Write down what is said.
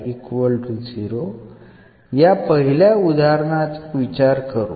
चला या पहिल्या उदाहरणाचा विचार करू